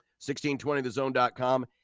1620thezone.com